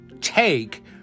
take